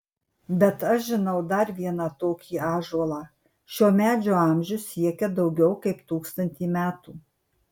bet aš žinau dar vieną tokį ąžuolą šio medžio amžius siekia daugiau kaip tūkstantį metų